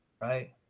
Right